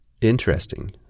interesting